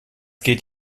geht